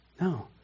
No